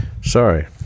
Sorry